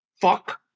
fuck